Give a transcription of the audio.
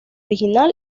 original